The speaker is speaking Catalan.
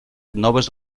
noves